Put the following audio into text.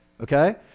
Okay